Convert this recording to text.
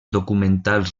documentals